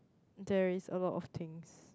there is a lot of things